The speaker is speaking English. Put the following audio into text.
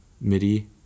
midi